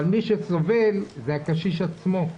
אבל מי שסובל הוא הקשיש עצמו,